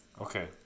Okay